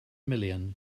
million